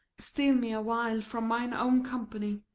steal me awhile from mine own company.